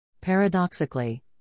Paradoxically